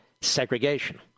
segregation